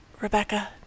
Rebecca